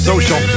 Social